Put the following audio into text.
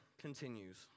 continues